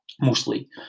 mostly